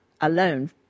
alone